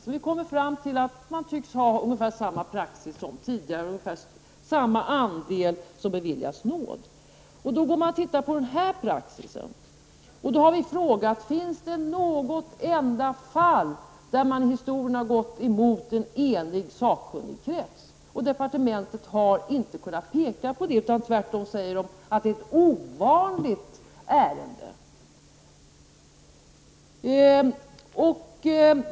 Vi har då kommit fram till att man tycks ha ungefär samma praxis som tidigare — det är ungefär samma andel som beviljas nåd. När det gäller praxis i detta avseende har vi frågat: Finns det något enda fall där man har gått emot en enig sakkunnig krets? Departementet har inte kunnat peka på något sådant fall. Tvärtom säger man att det här är ett ovanligt ärende.